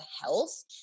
health